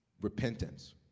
repentance